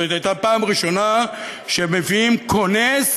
זאת הייתה פעם ראשונה שמביאים כונס